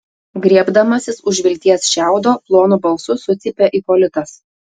griebdamasis už vilties šiaudo plonu balsu sucypė ipolitas